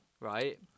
right